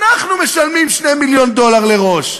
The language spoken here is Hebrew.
אנחנו משלמים 2 מיליון דולר לראש.